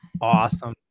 Awesome